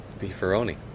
beefaroni